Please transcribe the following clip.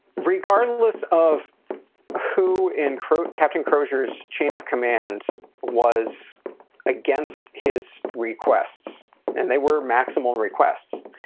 regardless of who in kroot captain, closure's chain of command was against his requests and they were maximal requests,